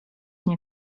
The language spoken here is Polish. nie